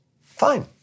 Fine